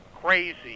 crazy